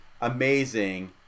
amazing